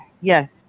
yes